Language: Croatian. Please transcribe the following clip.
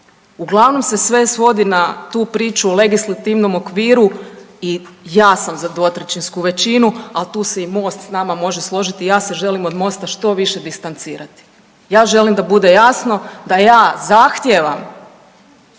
Uglavnom se sve svodi na tu priču o legislativnom okviru i ja sam za 2/3 većinu, a tu se i MOST s nama može složiti, ja se želim od MOST-a što više distancirati. Ja želim da bude jasno da ja zahtijevam